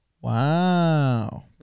Wow